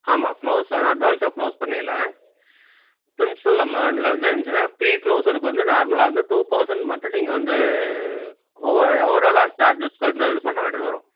ஆமாம் க்ளோஸு அட்வான்ஸாக க்ளோஸ் பண்ணில்லாம் ப்ரின்சிபல் அமௌண்ட்டில வந்து இருந்துச்சுன்னா ப்ரீ க்ளோஷருக்கு வந்து நார்மல்லாக வந்து டூ பர்சென்ட் மட்டும் நீங்கள் வந்து ஒவ ஓவரால் சார்ஜஸ் பண்ணால் இது பண்ணுற மாதிரி வரும்